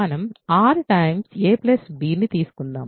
మనం r a b ని తీసుకుందాం